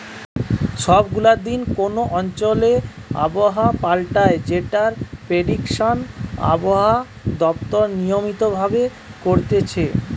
সব গুলা দিন কোন অঞ্চলে আবহাওয়া পাল্টায় যেটার প্রেডিকশন আবহাওয়া দপ্তর নিয়মিত ভাবে করতিছে